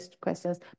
questions